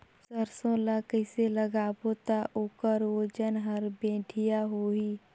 सरसो ला कइसे लगाबो ता ओकर ओजन हर बेडिया होही?